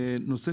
נושא